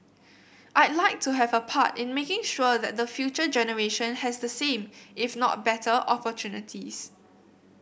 I'd like to have a part in making sure that the future generation has the same if not betteropportunities